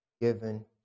given